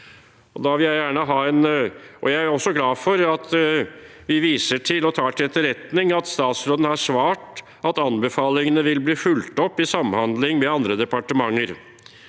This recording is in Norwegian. Jeg er også glad for at vi viser til og tar til etterretning at statsråden har svart at anbefalingene vil bli fulgt opp i samhandling med andre departementer.